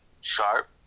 sharp